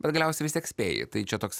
bet galiausiai vis tiek spėji tai čia toks